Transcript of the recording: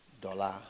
dollar